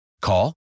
Call